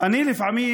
אני לפעמים